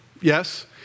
Yes